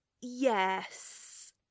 Yes